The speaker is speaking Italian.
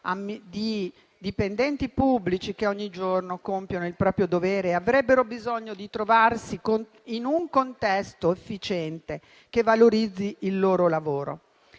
di dipendenti pubblici che ogni giorno compiono il proprio dovere e avrebbero bisogno di trovarsi in un contesto efficiente, che valorizzi il loro lavoro.